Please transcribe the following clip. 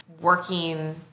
Working